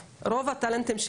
power diversity,